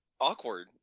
awkward